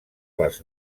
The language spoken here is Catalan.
les